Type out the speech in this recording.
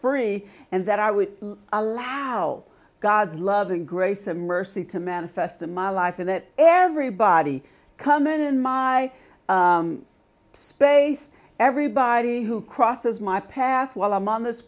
free and that i would allow god's loving grace and mercy to manifest in my life and that everybody come in my space everybody who crosses my path while i'm on this